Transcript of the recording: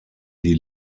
die